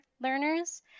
learners